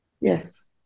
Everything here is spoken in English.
yes